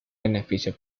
beneficio